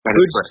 Good